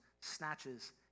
snatches